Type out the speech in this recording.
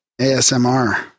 ASMR